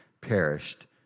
perished